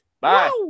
Bye